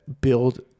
build